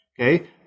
Okay